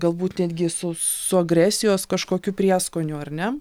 galbūt netgi su su agresijos kažkokiu prieskoniu ar ne